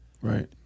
Right